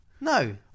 No